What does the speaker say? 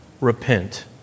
repent